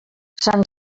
sant